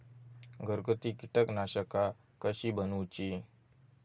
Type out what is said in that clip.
घरगुती कीटकनाशका कशी बनवूची?